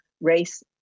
race